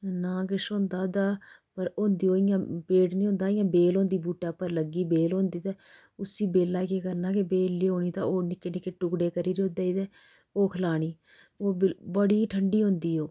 नांऽ किश होंदा ओह्दा पर होंदी ओह् इ'यां वेट नी होंदा बेल होंदी बूह्टें पर लग्गी दी बेल होंदी ते असी बेलै गी केह् करना कि बेल लेयोनी ते ओह् निक्के निक्के टुकड़े करी'रै ते ओह् खलानी ओह् बिल बड़ी ठंडी होंदी ओह्